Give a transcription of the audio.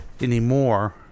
anymore